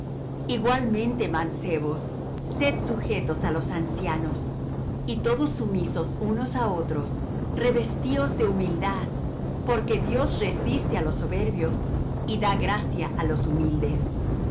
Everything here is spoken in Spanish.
igualmente mancebos sed sujetos á los ancianos y todos sumisos unos á otros revestíos de humildad porque dios resiste á los soberbios y da gracia á los humildes